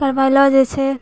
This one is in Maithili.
करबाइलो जाइ छै